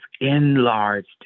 enlarged